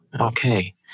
okay